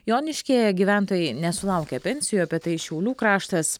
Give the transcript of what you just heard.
joniškyje gyventojai nesulaukia pensijų apie tai šiaulių kraštas